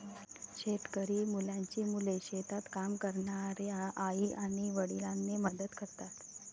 शेतकरी मुलांची मुले शेतात काम करणाऱ्या आई आणि वडिलांना मदत करतात